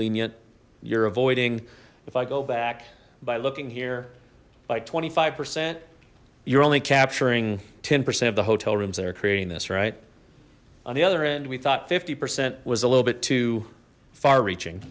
lenient you're avoiding if i go back by looking here by twenty five percent you're only capturing ten percent of the hotel rooms that are creating this right on the other end we thought fifty percent was a little bit too far reaching